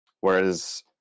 whereas